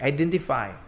Identify